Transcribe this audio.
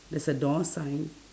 there's a door sign